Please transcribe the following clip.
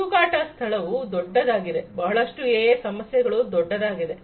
ಹುಡುಕಾಟ ಸ್ಥಳವು ದೊಡ್ಡದಾಗಿದೆ ಬಹಳಷ್ಟು ಎಐ ಸಮಸ್ಯೆಗಳು ದೊಡ್ಡದಾಗಿದೆ